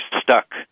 stuck